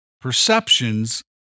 perceptions